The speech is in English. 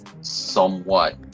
somewhat